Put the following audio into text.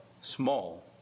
small